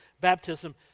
baptism